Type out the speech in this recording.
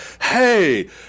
hey